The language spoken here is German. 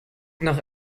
nach